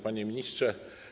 Panie Ministrze!